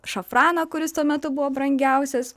šafraną kuris tuo metu buvo brangiausias